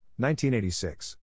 1986